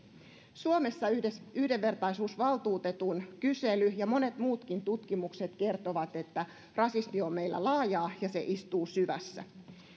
suomessa yhdenvertaisuusvaltuutetun kysely ja monet muutkin tutkimukset kertovat että rasismi on meillä laajaa ja se istuu syvässä